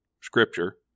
scripture